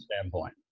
standpoint